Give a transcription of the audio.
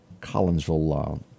Collinsville